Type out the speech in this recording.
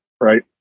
right